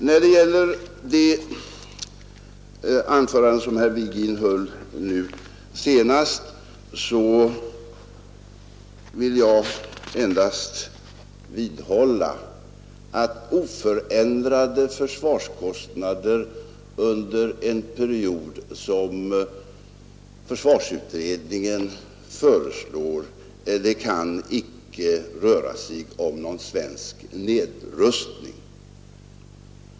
Beträffande det anförande som herr Virgin höll nu senast vill jag endast vidhålla att oförändrade försvarskostnader under en period, som försvarsutredningen föreslår, icke kan innebära någon svensk nedrustning.